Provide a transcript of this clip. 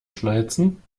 schnalzen